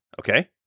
Okay